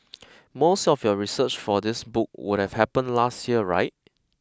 most of your research for this book would have happened last year right